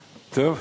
טוב.